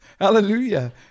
Hallelujah